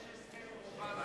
יש הסכם עם אובמה,